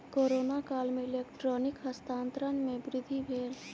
corona काल में electronic हस्तांतरण में वृद्धि भेल